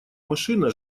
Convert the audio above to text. машина